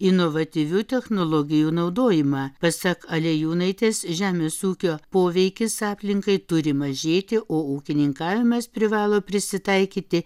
inovatyvių technologijų naudojimą pasak alejūnaitės žemės ūkio poveikis aplinkai turi mažėti o ūkininkavimas privalo prisitaikyti